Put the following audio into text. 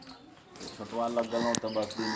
Daily खरीद बिक्री के भाव के जानकारी केना जानी?